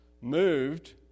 moved